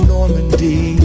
Normandy